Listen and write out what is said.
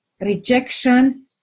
rejection